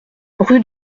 rue